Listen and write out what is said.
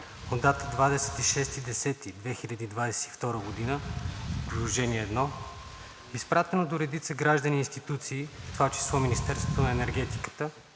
от дата 26 октомври 2022 г., Приложение № 1, изпратено до редица граждани и институции, в това число и Министерството на енергетиката,